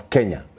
Kenya